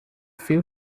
few